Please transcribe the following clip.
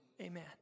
Amen